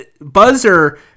Buzzer